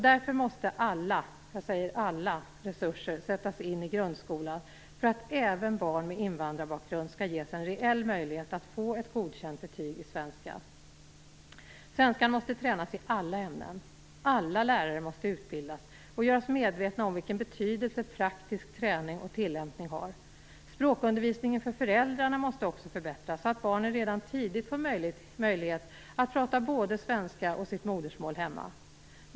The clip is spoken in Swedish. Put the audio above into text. Därför måste alla, jag säger alla, resurser sättas in i grundskolan för att även barn med invandrarbakgrund skall ges en reell möjlighet att få ett godkänt betyg i svenska. Svenskan måste tränas i alla ämnen, alla lärare måste utbildas och göras medvetna om vilken betydelse praktisk träning och tillämpning har. Språkundervisningen för föräldrar måste också förbättras så att barnen redan tidigt får möjlighet att prata såväl svenska språket som sina modersmål hemma.